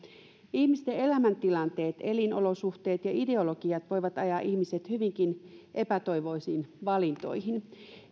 ihmisten elämäntilanteet elinolosuhteet ja ideologiat voivat ajaa ihmiset hyvinkin epätoivoisiin valintoihin